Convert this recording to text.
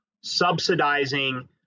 subsidizing